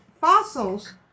fossils